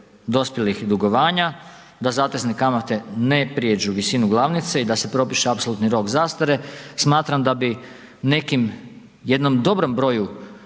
dospjelih dugovanja, da zatezne kamate ne prijeđu visinu glavnice i da se propiše apsolutni rok zastare, smatram da bi nekim jednom dobrom broju